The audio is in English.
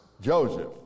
Joseph